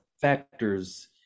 factors